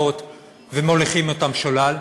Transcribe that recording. ומוליכים אותם שולל,